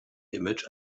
image